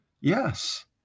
Yes